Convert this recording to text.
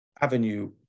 avenue